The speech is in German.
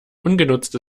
ungenutzte